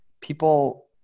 people